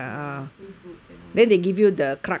ya Facebook and all that